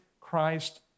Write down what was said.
Christ